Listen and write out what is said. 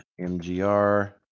MGR